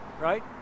right